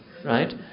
right